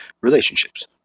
relationships